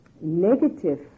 negative